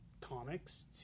comics